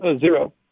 Zero